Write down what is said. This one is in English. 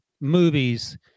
movies